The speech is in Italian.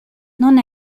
non